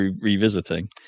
revisiting